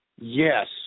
Yes